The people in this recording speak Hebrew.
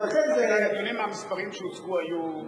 לכן הנתונים והמספרים שהוצגו היו סתם,